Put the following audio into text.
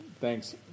Thanks